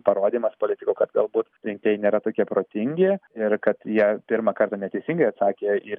parodymas politikų kad galbūt rinkėjai nėra tokie protingi ir kad jie pirmą kartą neteisingai atsakė į